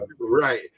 Right